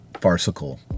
farcical